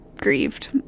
grieved